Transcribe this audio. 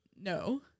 No